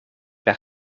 per